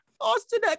Austin